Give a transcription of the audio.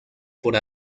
por